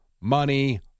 money